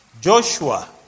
Joshua